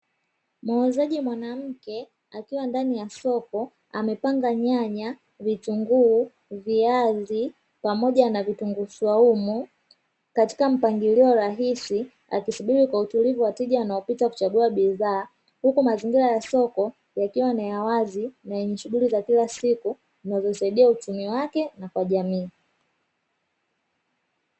Muuzaji mwanamke akiwa ndani ya soko amepanga: nyanya, vitunguu, viazi pamoja na vituguu swaumu, katika mpangilio rahisi; akisubiria kwa utulivu wateja wanaopita kuchagua bidhaa, huku mazingira ya soko yakiwa ni ya wazi ya na yenye shughuli za kila siku, zinazosaidia uchumi wake na kwa jamii.